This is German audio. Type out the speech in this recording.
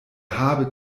habe